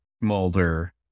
Mulder